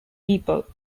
people